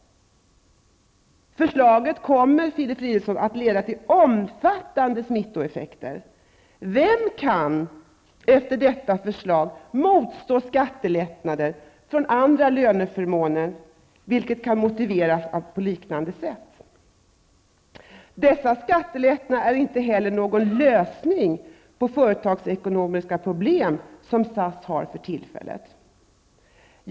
Förslaget kommer, Filip Fridolfsson, att leda till omfattande smittoeffekter. Vem kan efter detta motstå skattelättnader för andra löneförmåner, vilka kan motiveras på liknande sätt. Dessa skattelättnader är inte heller någon lösning på de företagsekonomiska problem som SAS för tillfället har.